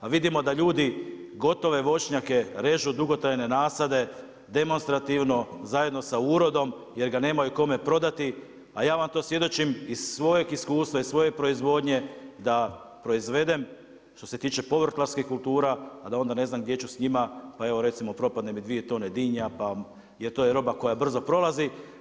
A vidimo da ljudi gotove voćnjake režu, dugotrajne nasade, demonstrativno, zajedno sa urodom jer ga nemaju kome prodati, a ja vam to svjedočim iz svojeg iskustva iz svoje proizvodnje da proizvedem, što se tiče povrtlarskih kultura, a da onda ne znam gdje ću s njima pa evo recimo propadne mi dvije tone dinja jer to je roba koja brzo prolazi.